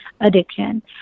addiction